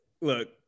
Look